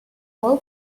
wall